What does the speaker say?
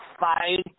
five